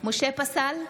משה פסל,